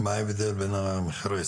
מה ההבדל בין המחיר העסקי לפרטי?